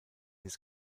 his